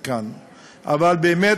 באמת,